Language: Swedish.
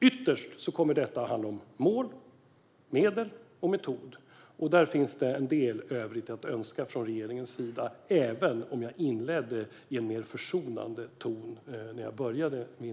Ytterst kommer detta att handla om mål, medel och metod, och där finns det en del övrigt att önska från regeringens sida - även om jag inledde mitt inlägg i en mer försonande ton.